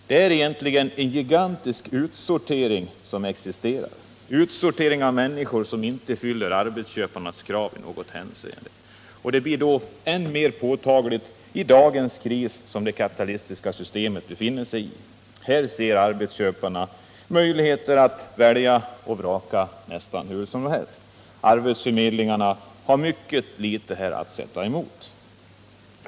Det är egentligen en gigantisk utsortering som existerar — en utsortering av människor som inte uppfyller arbetsköparnas krav i något hänseende. Det blir än mer påtagligt i den kris som det kapitalistiska systemet i dag befinner sig i. Här ser arbetsköparna möjligheter att välja och vraka nästan hur som helst. Arbetsförmedlingarna har mycket litet att sätta emot.